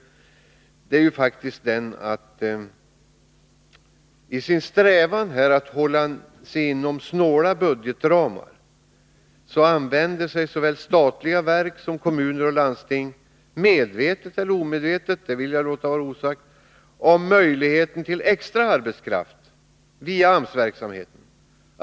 I sin strävan att hålla sig inom snäva budgetramar använder såväl statliga verk som kommuner och landsting — medvetet eller omedvetet; det vill jag låta vara osagt — sig av möjligheten till extra arbetskraft via AMS-verksamhet.